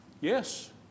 yes